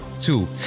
two